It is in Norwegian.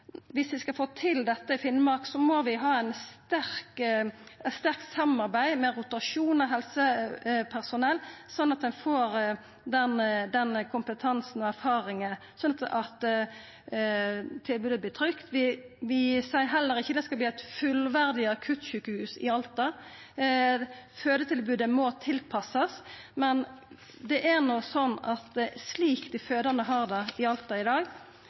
Viss vi skal få dette til i Finnmark, må vi ha eit sterkt samarbeid med rotasjon av helsepersonell, så ein får den kompetansen og erfaringa som gjer tilbodet trygt. Vi seier heller ikkje at det skal verta eit fullverdig akuttsjukehus i Alta. Fødetilbodet må tilpassast, men slik som dei fødande har det i Alta i dag